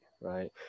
right